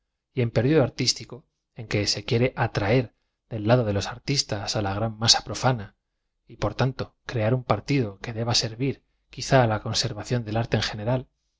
profanos en periodo artístico en que se quiere atraer del lado de los artistas á la gran masa profana por lo tan to crea r un partido que deba servir quizá á la conser vación del arte en general